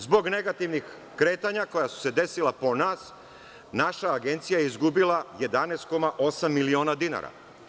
Zbog negativnih kretanja koja su se desila po nas, naša Agencija je izgubila 11,8 miliona dinara.